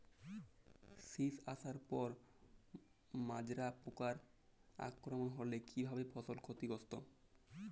শীষ আসার পর মাজরা পোকার আক্রমণ হলে কী ভাবে ফসল ক্ষতিগ্রস্ত?